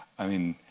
i mean,